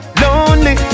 lonely